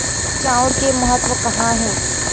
चांउर के महत्व कहां हे?